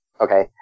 Okay